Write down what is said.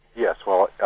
yes well,